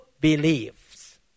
believes